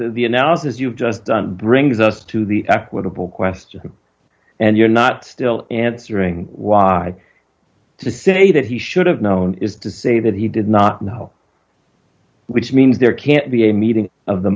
the analysis you've just done brings us to the equitable question and you're not still answering why to say that he should have known is to say that he did not know which means there can't be a meeting of the